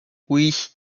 oui